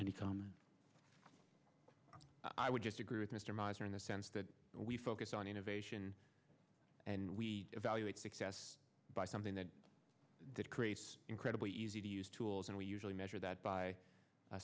many i would disagree with mr miser in the sense that we focus on innovation and we evaluate success by something that that creates incredibly easy to use tools and we usually measure that by